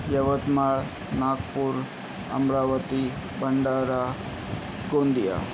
Yavatmal Nagpur Amravati Bhandara Gondia